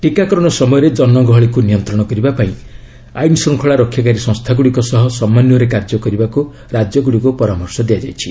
ଟିକାକରଣ ସମୟରେ ଜନଗହଳିକୁ ନିୟନ୍ତ୍ରଣ କରିବାପାଇଁ ଆଇନ ଶୃଙ୍ଖଳା ରକ୍ଷାକାରୀ ସଂସ୍ଥାଗୁଡ଼ିକ ସହ ସମନ୍ୱୟରେ କାର୍ଯ୍ୟ କରିବାକୁ ରାଜ୍ୟଗୁଡ଼ିକୁ ପରାମର୍ଶ ଦିଆଯାଇଛି